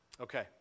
Okay